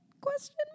Question